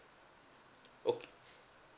okay